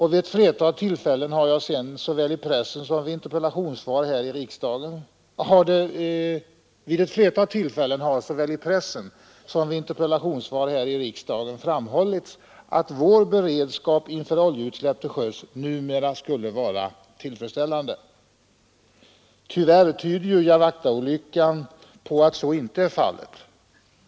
Vid ett flertal tillfällen har såväl i pressen som vid interpellationssvar här i riksdagen framhållits att vår beredskap inför oljeutsläpp till sjöss numera skulle vara tillfredsställande. Tyvärr tyder Jawachtaolyckan på att så inte är fallet.